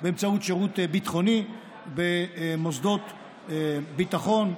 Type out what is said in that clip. באמצעות שירות ביטחוני במוסדות ביטחון,